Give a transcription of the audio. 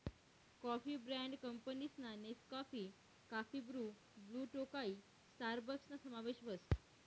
coffee brand कंपनीसमा Nescafe, काफी Bru, Blue Tokai स्टारबक्सना समावेश व्हस